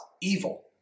evil